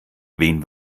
wen